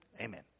Amen